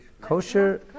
Kosher